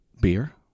beer